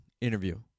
interview